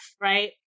Right